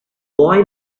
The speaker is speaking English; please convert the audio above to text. boy